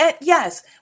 Yes